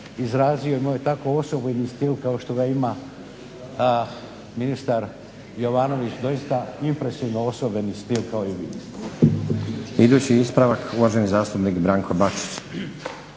izrazio, imao je tako osebujni stil kao što ga ima ministar Jovanović doista impresivno osebujni stil.